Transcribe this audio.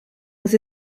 was